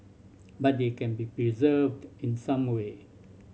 but they can be preserved in some way